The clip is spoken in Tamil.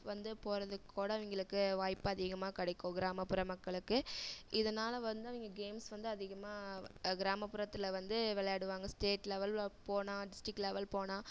வந்து போகிறதுக்கோட அவங்களுக்கு வாய்ப்பு அதிகமாக கிடைக்கும் கிராமப்புற மக்களுக்கு இதனால் வந்து அவங்க கேம்ஸ் வந்து அதிகமாக கிராமப்புறத்தில் வந்து விளையாடுவாங்க ஸ்டேட் லெவலில் போனா டிஸ்டிக் லெவல் போனா